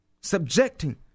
subjecting